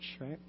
right